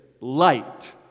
light